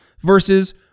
versus